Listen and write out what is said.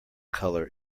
colour